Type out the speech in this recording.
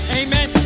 amen